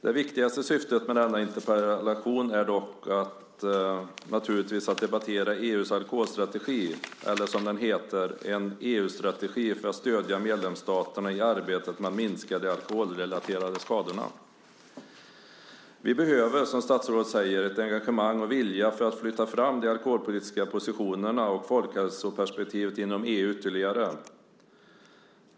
Det viktigaste syftet med denna interpellation är naturligtvis att debattera EU:s alkoholstrategi, eller som den heter: En EU-strategi för att stödja medlemsstaterna i arbetet med att minska de alkoholrelaterade skadorna. Vi behöver, som statsrådet säger, ett engagemang för och en vilja att flytta fram de alkoholpolitiska positionerna och folkhälsoperspektivet inom EU ytterligare.